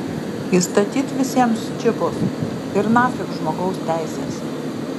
įstatyt visiems čipus ir nafik žmogaus teisės